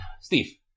Steve